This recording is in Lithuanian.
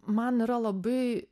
man yra labai